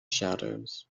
shadows